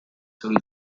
soli